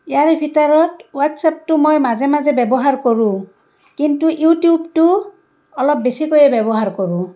ইয়াৰ ভিতৰত হোৱাটছাপটো মই মাজে মাজে ব্যৱহাৰ কৰোঁ কিন্তু ইউটিউবটো অলপ বেছিকৈয়ে ব্যৱহাৰ কৰোঁ